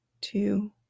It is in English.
two